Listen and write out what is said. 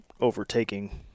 overtaking